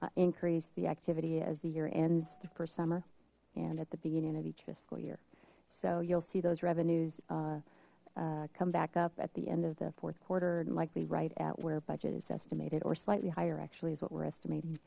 to increase the activity as the year ends for summer and at the beginning of each fiscal year so you'll see those revenues come back up at the end of the fourth quarter and likely right at where budget is estimated or slightly higher actually is what we're estimat